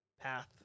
path